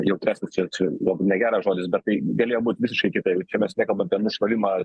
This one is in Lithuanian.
jautresnis čia yra čia galbūt negeras žodis bet tai galėjo būt visiškai kitaip čia mes nekalbam ten užpuolimą